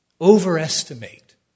overestimate